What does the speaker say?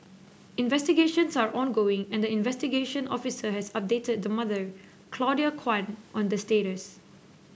investigations are ongoing and the investigation officer has updated the mother Claudia Kwan on the status